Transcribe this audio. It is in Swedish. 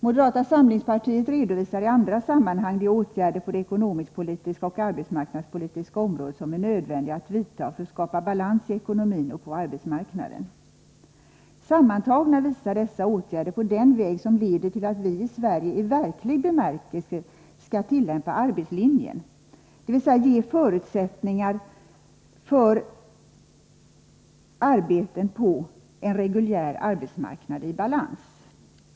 Moderata samlingspartiet redovisar i andra sammanhang de åtgärder på det ekonomisk-politiska och på det arbetsmarknadspolitiska området som är nödvändiga för att skapa balans i ekonomin och på arbetsmarknaden. Sammantagna visar dessa åtgärder på den väg som leder till att vi i Sverige i verklig bemärkelse skall tillämpa ”arbetslinjen”, dvs. ge förutsättningar för arbeten på en reguljär arbetsmarknad i balans.